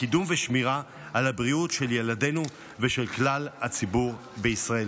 לקידום ושמירה על הבריאות של ילדינו ושל כלל הציבור בישראל.